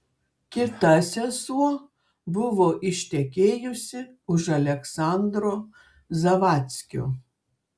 kita sesuo buvo ištekėjusi už aleksandro zavadckio